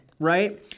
Right